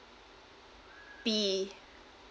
b